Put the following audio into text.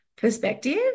Perspective